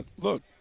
look